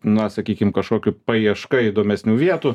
na sakykim kažkokių paieška įdomesnių vietų